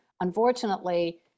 Unfortunately